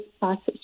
passage